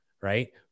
Right